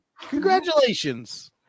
Congratulations